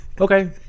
Okay